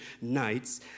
nights